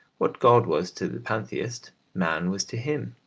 what god was to the pantheist, man was to him.